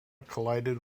collided